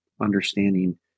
understanding